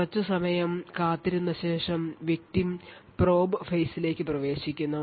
കുറച്ച് സമയം കാത്തിരുന്ന ശേഷം victim probe phase ലേക്ക് പ്രവേശിക്കുന്നു